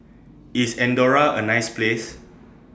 IS Andorra A nice Place